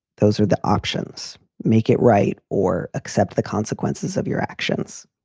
those are the options. make it right or accept the consequences of your actions.